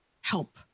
help